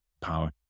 power